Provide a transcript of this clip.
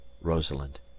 rosalind